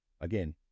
Again